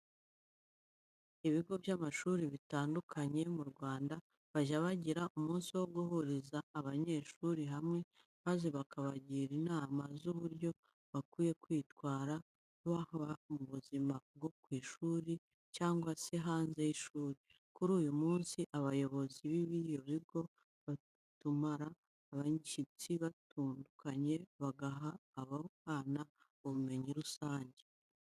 Ibiga by'amashuri bitandukanye mu Rwanda bajya bagira umunsi wo guhuriza abanyeshuri hamwe maze bakabagira inama z'uburyo bakwiye kwitwara, haba mu buzima bwo ku ishuri cyangwa se hanze y'ishuri. Kuri uyu munsi abayobozi b'ibyo bigo batumira abashyitsi batundukanye bagaha abo bana ubumenyi rusange.